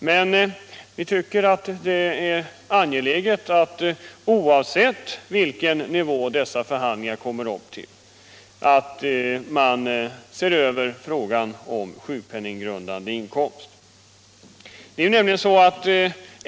Men oavsett vilken lönenivå praktikanterna genom dessa förhandlingar kommer upp till tycker vi att det är angeläget att man ser över frågan om sjukpenninggrundande inkomst.